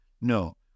No